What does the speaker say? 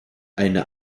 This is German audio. eine